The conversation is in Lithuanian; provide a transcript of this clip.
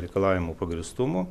reikalavimo pagrįstumo